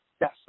Yes